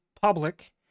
public